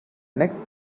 next